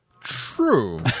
True